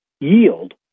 yield